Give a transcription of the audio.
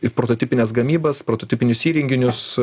ir prototipines gamybas prototipinius įrenginius